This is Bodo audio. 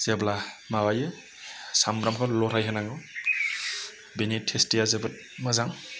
जेब्ला माबायो सामब्रामखौ लरायहोनांगौ बेनि टेस्टिया जोबोर मोजां